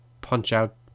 punch-out